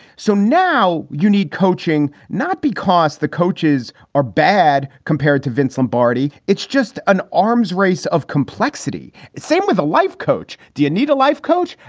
so now you need coaching, not because the coaches are bad compared to vince lombardi. it's just an arms race of complexity. same with a life coach. do you need a life coach?